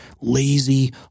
lazy